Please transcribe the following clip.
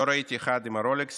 לא ראיתי אחד עם רולקס.